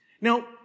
Now